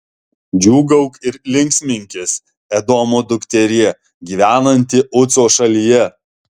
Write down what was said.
džiūgauk ir linksminkis edomo dukterie gyvenanti uco šalyje